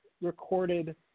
recorded